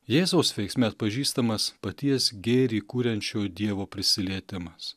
jėzaus veiksme atpažįstamas paties gėrį kuriančio dievo prisilietimas